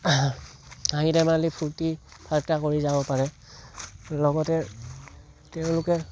হাঁহি ধেমালি ফূৰ্তি ফাৰ্ত্তা কৰি যাব পাৰে লগতে তেওঁলোকে